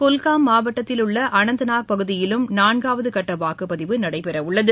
குல்காம் மாவட்டத்தில் உள்ளஅனந்த்நாக் பகுதியிலும் நான்காவதுகட்டவாக்குப்பதிவு நடைபெறவுள்ளது